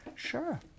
Sure